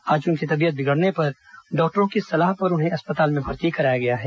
आज उनकी तबीयत बिगड़ने पर डॉक्टरों की सलाह पर उन्हें अस्पताल में भर्ती कराया गया है